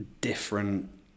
different